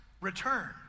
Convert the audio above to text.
return